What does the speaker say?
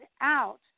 out